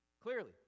clearly